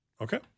Okay